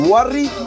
Worry